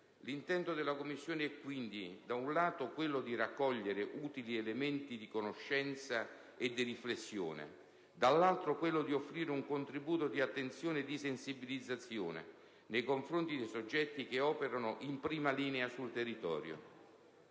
L'intento della Commissione è quindi, da un lato, quello di raccogliere utili elementi di conoscenza e di riflessione; dall'altro, quello di offrire un contributo di attenzione e di sensibilizzazione nei confronti dei soggetti che operano in prima linea sul territorio.